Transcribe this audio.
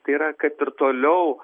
tai yra kad ir toliau